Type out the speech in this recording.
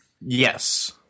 Yes